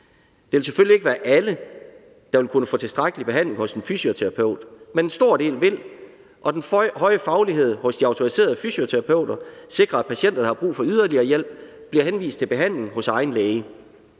Det vil selvfølgelig ikke være alle, der vil kunne få tilstrækkelig behandling hos en fysioterapeut, men en stor del vil, og den høje faglighed hos de autoriserede fysioterapeuter sikrer, at patienter, der har brug for yderligere hjælp, bliver henvist til behandling hos egen læge.